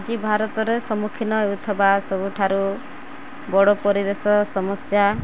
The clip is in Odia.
ଆଜି ଭାରତରେ ସମ୍ମୁଖୀନ ହେଉଥିବା ସବୁଠାରୁ ବଡ଼ ପରିବେଶ ସମସ୍ୟା